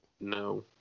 No